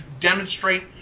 demonstrate